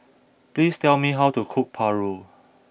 please tell me how to cook Paru